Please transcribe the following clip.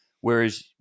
Whereas